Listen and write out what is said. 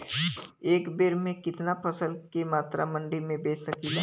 एक बेर में कितना फसल के मात्रा मंडी में बेच सकीला?